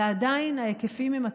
ועדיין ההיקפים הם עצומים.